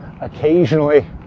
occasionally